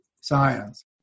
science